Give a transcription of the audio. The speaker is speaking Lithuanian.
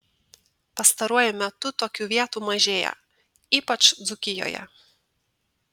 pastaruoju metu tokių vietų mažėja ypač dzūkijoje